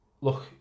look